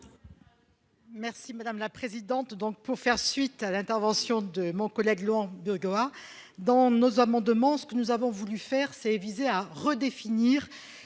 Merci madame la présidente. Donc pour faire suite à l'intervention de mon collègue de Goa dans nos amendements. Ce que nous avons voulu faire ses visées à redéfinir